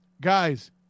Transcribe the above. Guys